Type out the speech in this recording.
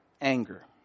Anger